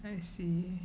I see